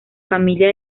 familia